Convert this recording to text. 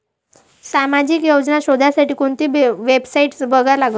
सामाजिक योजना शोधासाठी कोंती वेबसाईट बघा लागन?